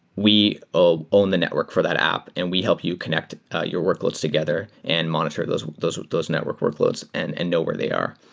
we ah own the network for that app and we help you connect your workloads together and monitor those those network workloads and and know where they are.